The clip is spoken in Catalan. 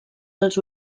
dels